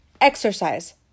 exercise